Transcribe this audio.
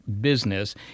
business